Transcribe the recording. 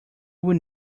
will